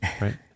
right